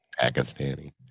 Pakistani